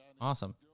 Awesome